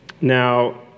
Now